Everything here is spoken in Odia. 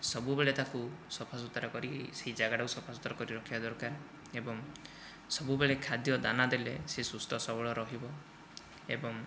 ସବୁବେଳେ ତାକୁ ସଫା ସୁତୁରା କରିକି ସେହି ଯାଗାଟାକୁ ସଫାସୁତରା କରି ରଖିବା ଦରକାର ଏବଂ ସବୁବେଳେ ଖାଦ୍ୟ ଦାନା ଦେଲେ ସେ ସୁସ୍ଥ ସବଳ ରହିବ ଏବଂ